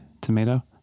tomato